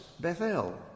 Bethel